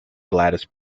gladys